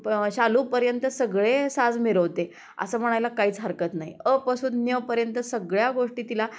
प शालूपर्यंत सगळे साज मिरवते असं म्हणायला काहीच हरकत नाही अ पासून न्ञ पर्यंत सगळ्या गोष्टी तिला